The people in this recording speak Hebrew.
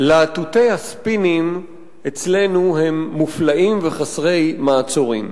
להטוטי הספינים אצלנו הם מופלאים וחסרי מעצורים.